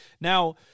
Now